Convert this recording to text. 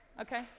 Okay